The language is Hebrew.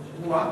או-אה.